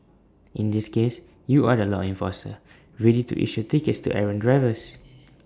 in this case you are the law enforcer ready to issue tickets to errant drivers